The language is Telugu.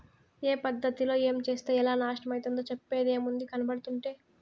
ఏ పద్ధతిలో ఏంచేత్తే ఎలా నాశనమైతందో చెప్పేదేముంది, కనబడుతంటే